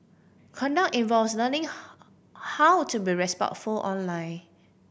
conduct involves learning how to be respectful online